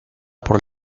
por